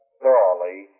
thoroughly